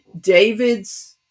David's